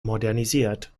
modernisiert